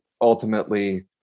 ultimately